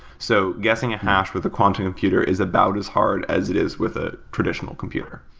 so guessing a hash with a quantum computer is about as hard as it is with a traditional computer.